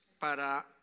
para